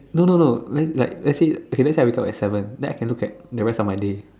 no no no means like let's let's say okay let's say I wake up at seven then I can look at the rest of my day